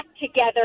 together